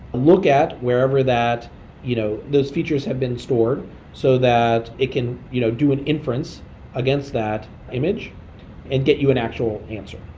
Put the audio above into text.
look at wherever you know those features have been stored so that it can you know do an inference against that image and get you an actual answer.